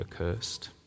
accursed